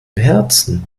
herzen